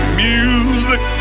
music